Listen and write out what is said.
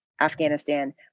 Afghanistan